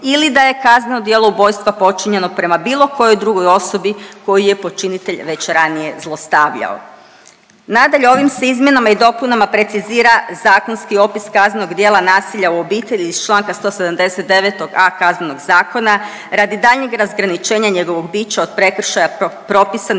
ili da je kazneno djelo ubojstva počinjeno prema bilo kojoj drugoj osobi koju je počinitelj već ranije zlostavljao. Nadalje, ovim se izmjenama i dopuna precizira zakonski opis kaznenog djela nasilja u obitelji iz čl. 179.a Kaznenog zakona radi daljnjeg razgraničenja njegovog .../Govornik